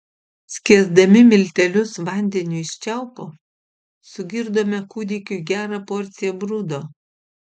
skiesdami miltelius vandeniu iš čiaupo sugirdome kūdikiui gerą porciją brudo